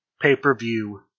pay-per-view